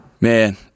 Man